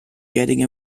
getting